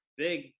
big